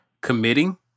committing